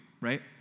right